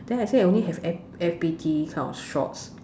then I say I only have F F_B_T kind of shorts